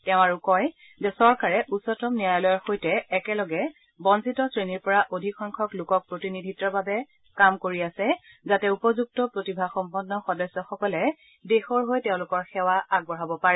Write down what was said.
তেওঁ লগতে কয় যে চৰকাৰে উচ্চতম ন্যায়ালয়ৰ সৈতে একেলগে বঞ্চিত শ্ৰেণীৰ পৰা অধিকসংখ্যক লোকক প্ৰতিনিধিত্বৰ বাবে কাম কৰি আছে যাতে উপযুক্ত প্ৰতিভাসম্পন্ন সদস্যসকলে দেশৰ হৈ তেওঁলোকৰ সেৱা আগবঢ়াব পাৰে